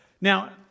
Now